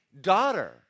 daughter